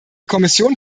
kommission